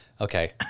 Okay